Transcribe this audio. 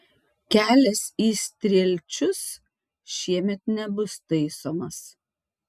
kelias į strielčius šiemet nebus taisomas